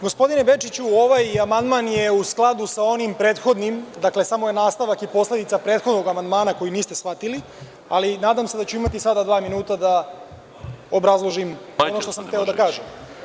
Gospodine Bečiću, ovaj amandman je u skladu sa onim prethodnim, samo je nastavak i posledica prethodnog amandmana koji niste shvatili, ali nadam se da ću imati sada dva minuta da obrazložim ono što sam hteo da kažem.